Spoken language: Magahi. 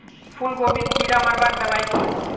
फूलगोभीत कीड़ा मारवार दबाई की?